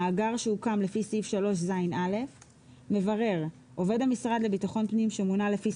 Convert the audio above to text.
המאגר שהוקם לפי סעיף 3ז(א); "מברר" עובד המשרד לביטחון פנים שמונה לפי